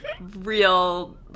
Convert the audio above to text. real